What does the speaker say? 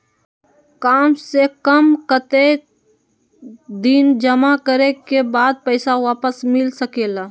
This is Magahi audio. काम से कम कतेक दिन जमा करें के बाद पैसा वापस मिल सकेला?